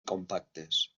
compactes